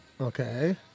Okay